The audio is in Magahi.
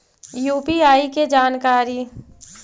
यु.पी.आई के जानकारी?